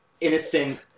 innocent